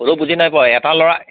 হ'লেও বুজি নাই পোৱা এটা ল'ৰা